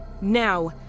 Now